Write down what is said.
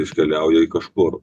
iškeliauja į kažkur